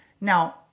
Now